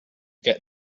get